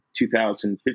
2015